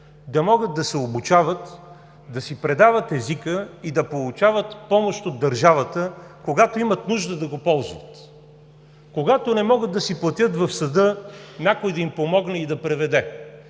да могат да се обучават, да си предават езика и да получават помощ от държавата, когато имат нужда да го ползват, когато не могат да си платят в съда някой да им помогне и да преведе,